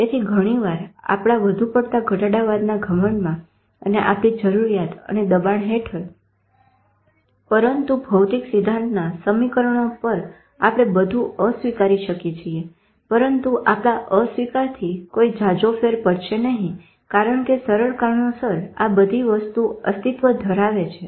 તેથી ઘણીવાર આપણા વધુ પડતા ઘટાડાવાદના ઘમંડમાં અને આપણી જરૂરીયાત અને દબાણ હેઠળ પરંતુ ભૌતિક સિદ્ધાંતના સમીકરણો પર આપણે બધું અસ્વીકારી શકી છીએ પરંતુ આપણા અસ્વીકારથી કોઈ જાજો ફેર પડશે નહી કારણ કે સરળ કારણોસર આ બધી વસ્તુ અસ્તિત્વ ધરાવે છે